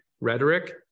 rhetoric